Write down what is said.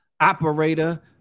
operator